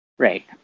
Right